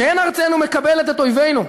שאין ארצנו מקבלת את אויבינו,